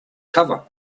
cover